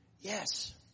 Yes